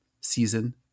season